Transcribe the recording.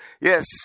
Yes